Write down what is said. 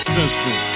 Simpson